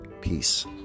peace